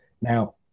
Now